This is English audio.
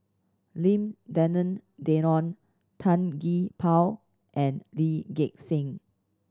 Lim Denan Denon Tan Gee Paw and Lee Gek Seng